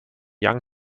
young